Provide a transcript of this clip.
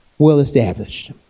well-established